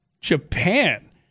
Japan